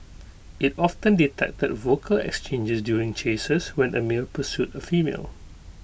IT often detected vocal exchanges during chases when A male pursued A female